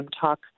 Talk